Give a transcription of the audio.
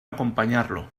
acompañarlo